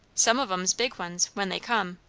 some of em's big ones, when they come,